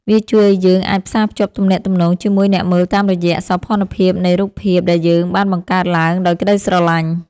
វាជួយឱ្យយើងអាចផ្សារភ្ជាប់ទំនាក់ទំនងជាមួយអ្នកមើលតាមរយៈសោភ័ណភាពនៃរូបភាពដែលយើងបានបង្កើតឡើងដោយក្តីស្រឡាញ់។